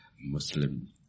Muslim